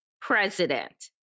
president